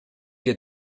wir